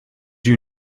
you